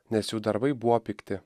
nes jų darbai buvo pikti